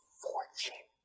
fortune